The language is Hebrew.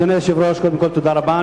אדוני היושב-ראש, קודם כול, תודה רבה.